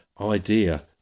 idea